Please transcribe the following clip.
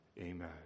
Amen